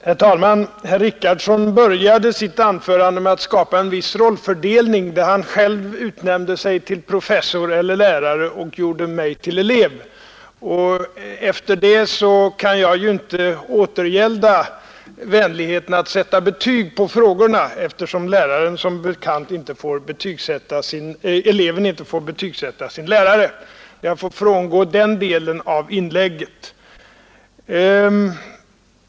Herr talman! Herr Richardson började sitt anförande med att skapa en viss rollfördelning, där han själv utnämnde sig till professor eller lärare och gjorde mig till elev Efter detta kan jag ju inte återgälda vänligheten att sätta betyg på frågorna, eftersom eleven som bekant inte far betygsätta sin lärare. Jag får frångå den delen av inlägget.